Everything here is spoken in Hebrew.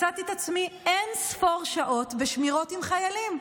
מצאתי את עצמי אין-ספור שעות בשמירות עם חיילים,